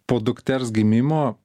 po dukters gimimo